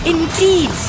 Indeed